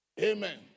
Amen